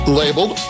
labeled